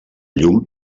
llum